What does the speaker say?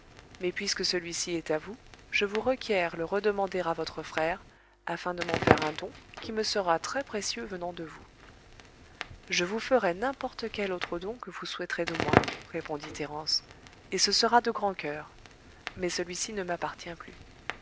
mais puisque celui-ci est à vous je vous requiers le redemander à votre frère afin de m'en faire un don qui me sera très précieux venant de vous je vous ferai n'importe quel autre don vous souhaiterez de moi répondit thérence et ce sera de grand coeur mais celui-ci ne m'appartient plus